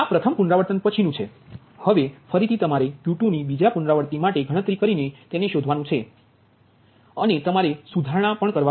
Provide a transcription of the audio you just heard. આ પ્રથમ પુનરાવર્તન પછીનું છે હવે ફરીથી તમારે Q2ની બીજા પુનરાવૃત્તિ માટે ગણતરી કરીને તેને શોધવાનું છે માટે તમારેપડશે અને તમારે સુધારણા માટે જવું પડશે